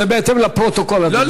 זה בהתאם לפרוטוקול, אדוני.